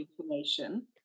information